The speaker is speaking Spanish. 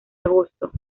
agosto